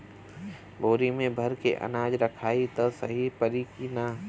बोरी में भर के अनाज रखायी त सही परी की ना?